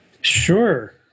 Sure